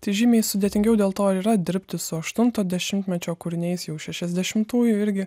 tai žymiai sudėtingiau dėl to yra dirbti su aštunto dešimtmečio kūriniais jau šešiasdešimtųjų irgi